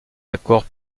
d’accord